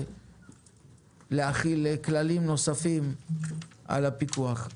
להחיל כללים נוספים על הפיקוח.